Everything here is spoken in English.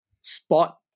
spot